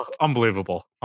Unbelievable